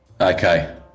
Okay